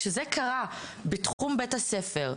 כשזה קרה בתחום בית-הספר,